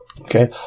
Okay